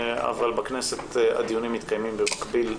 אבל בכנסת הדיונים מתקיימים במקביל,